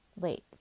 late